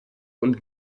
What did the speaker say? und